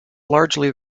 largely